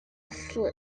slip